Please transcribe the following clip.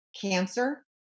cancer